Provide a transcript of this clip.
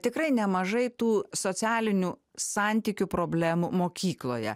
tikrai nemažai tų socialinių santykių problemų mokykloje